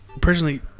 personally